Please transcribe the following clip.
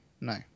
No